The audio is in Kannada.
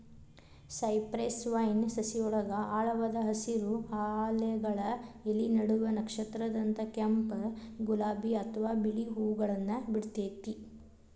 ಸೈಪ್ರೆಸ್ ವೈನ್ ಸಸಿಯೊಳಗ ಆಳವಾದ ಹಸಿರು, ಹಾಲೆಗಳ ಎಲಿ ನಡುವ ನಕ್ಷತ್ರದಂತ ಕೆಂಪ್, ಗುಲಾಬಿ ಅತ್ವಾ ಬಿಳಿ ಹೂವುಗಳನ್ನ ಬಿಡ್ತೇತಿ